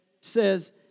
says